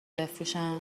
بفروشن